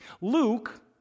Luke